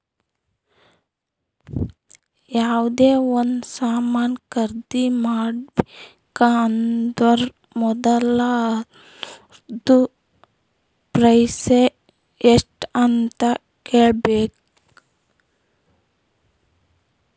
ಯಾವ್ದೇ ಒಂದ್ ಸಾಮಾನ್ ಖರ್ದಿ ಮಾಡ್ಬೇಕ ಅಂದುರ್ ಮೊದುಲ ಅದೂರ್ದು ಪ್ರೈಸ್ ಎಸ್ಟ್ ಅಂತ್ ಕೇಳಬೇಕ